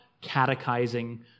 catechizing